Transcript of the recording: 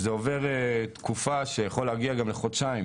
זה עובר תקופה שיכולה להגיע גם לחודשיים,